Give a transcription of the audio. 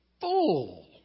full